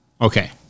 Okay